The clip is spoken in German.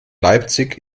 leipzig